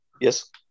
Yes